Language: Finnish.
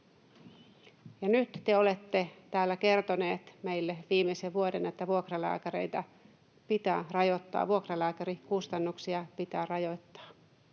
Nyt te olette täällä kertoneet meille viimeisen vuoden, että vuokralääkäreitä pitää rajoittaa ja vuokralääkärikustannuksia pitää rajoittaa.